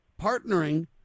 partnering